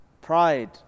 Pride